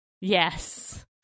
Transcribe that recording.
Yes